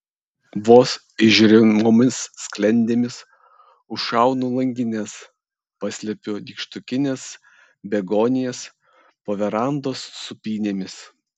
vos įžiūrimomis sklendėmis užšaunu langines paslepiu nykštukines begonijas po verandos sūpynėmis